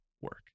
work